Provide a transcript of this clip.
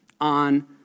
on